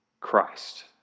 Christ